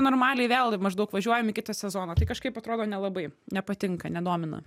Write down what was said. normaliai vėl maždaug važiuojam į kitą sezoną tai kažkaip atrodo nelabai nepatinka nedomina